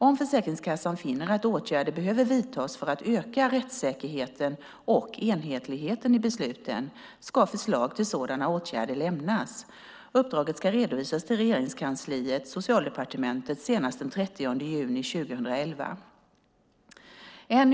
Om Försäkringskassan finner att åtgärder behöver vidtas för att öka rättssäkerheten och enhetligheten i besluten ska förslag till sådana åtgärder lämnas. Uppdraget ska redovisas till Regeringskansliet, Socialdepartementet, senast den 30 juni 2011.